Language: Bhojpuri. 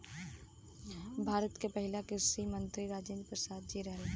भारत के पहिला कृषि मंत्री राजेंद्र प्रसाद जी रहने